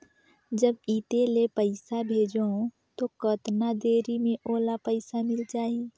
जब इत्ते ले पइसा भेजवं तो कतना देरी मे ओला पइसा मिल जाही?